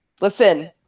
Listen